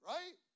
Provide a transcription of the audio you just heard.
Right